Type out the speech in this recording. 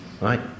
right